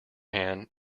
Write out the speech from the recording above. hand